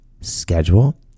schedule